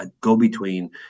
go-between